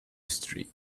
street